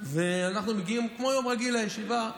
אנחנו מגיעים כמו יום רגיל לישיבה,